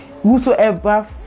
whosoever